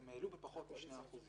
הם העלו בפחות מ-2%.